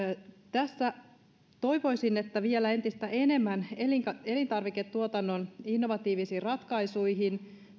toivoisin että päästäisiin vielä entistä enemmän elintarviketuotannon innovatiivisiin ratkaisuihin